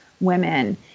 women